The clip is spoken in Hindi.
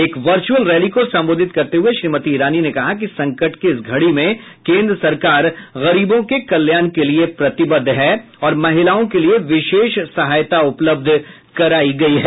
एक वर्चुअल रैली को संबोधित करते हुये श्रीमती इरानी ने कहा कि संकट की इस घड़ी में केंद्र सरकार गरीबों के कल्याण के लिए प्रतिबद्ध है और महिलाओं के लिये विशेष सहायता उपलब्ध करायी गयी है